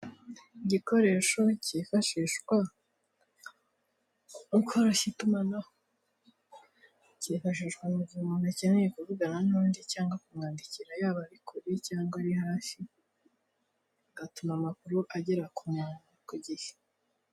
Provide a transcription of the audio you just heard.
Igikoresho kifashishwa mu koroshya itumanaho, kifashishwa mugihe umuntu akeneye kuvugana n'undi cyangwa kumwandikira, yaba ari kure cyangwa ari hafi bigatuma amakuru agera kumuntu ku gihe.